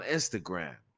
Instagram